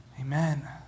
Amen